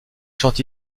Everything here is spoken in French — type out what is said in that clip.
chants